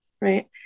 right